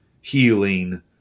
healing